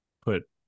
put